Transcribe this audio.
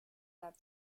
that